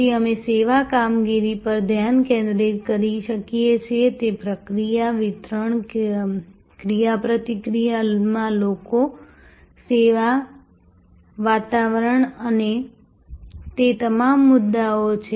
પછી અમે સેવા કામગીરી પર ધ્યાન કેન્દ્રિત કરી શકીએ છીએ તે પ્રક્રિયા વિતરણ ક્રિયાપ્રતિક્રિયામાં લોકો સેવા વાતાવરણ અને તે તમામ મુદ્દાઓ છે